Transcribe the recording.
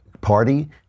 party